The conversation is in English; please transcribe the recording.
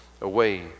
away